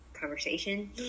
conversation